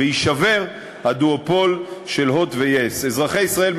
ויישבר הדואופול של "הוט" ו-yes.